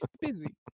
busy